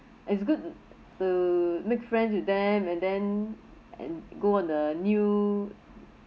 it's good to to make friends with them and then and go on the new